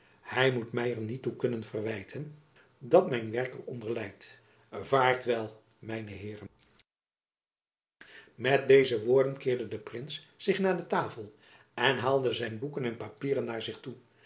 hy moet my er niet by kunnen verwijten dat mijn werk er onder lijdt vaart wel mijne heeren met deze woorden keerde de prins zich naar de tafel en haalde zijn boeken en papieren naar zich toe